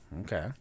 Okay